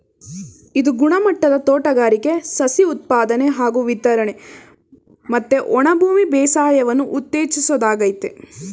ಇದು ಗುಣಮಟ್ಟದ ತೋಟಗಾರಿಕೆ ಸಸಿ ಉತ್ಪಾದನೆ ಹಾಗೂ ವಿತರಣೆ ಮತ್ತೆ ಒಣಭೂಮಿ ಬೇಸಾಯವನ್ನು ಉತ್ತೇಜಿಸೋದಾಗಯ್ತೆ